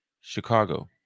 Chicago